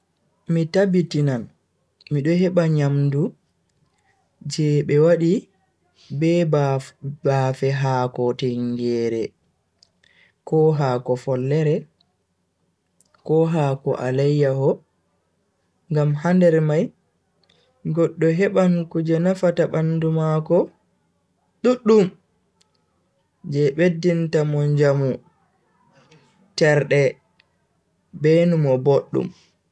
Mi tabbitinan mido heba nyamdu je be wadi be baafe hako tingeere ko haako follore ko haako alaiyaho ngam ha nder mai goddo heban kuje nafata bandu mako duddum je beddinta Mo njamu, terde, be numo boddum.